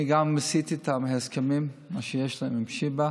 אני גם עשיתי איתם הסכמים, מה שיש להם עם שיבא.